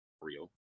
real